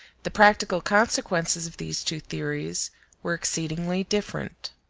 the practical consequences of these two theories were exceedingly different.